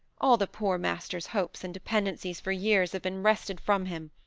all the poor master's hopes and dependencies for years have been wrested from him.